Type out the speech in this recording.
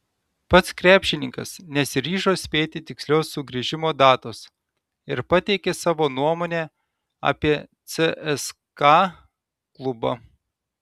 pats krepšininkas nesiryžo spėti tikslios sugrįžimo datos ir pateikė savo nuomonę apie cska klubą